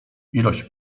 ilość